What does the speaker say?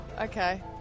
Okay